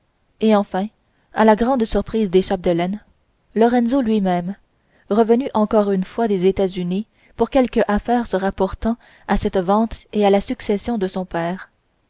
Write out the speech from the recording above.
et enfin à la grande surprise des chapdelaine lorenzo lui-même revenu encore une fois des états-unis pour quelque affaire se rapportant à cette vente et à la succession de son père